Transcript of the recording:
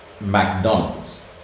McDonald's